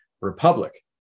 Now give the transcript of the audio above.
Republic